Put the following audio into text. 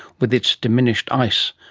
with its diminished ice.